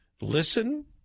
Listen